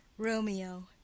Romeo